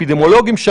אפידמיולוגים.